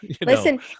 listen